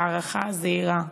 בהערכה זהירה,